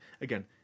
again